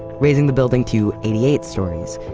raising the building to eighty eight stories,